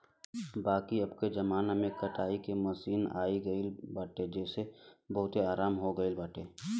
बाकी अबके जमाना में कटाई के मशीन आई गईल बाटे जेसे बहुते आराम हो गईल बाटे